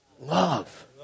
love